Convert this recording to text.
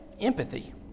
empathy